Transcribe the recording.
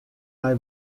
nei